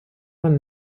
man